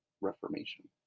reformation